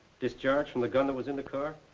discharged from the gun that was in the car?